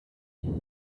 him